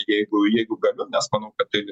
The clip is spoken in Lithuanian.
jeigu jeigu galiu nes manau kad tai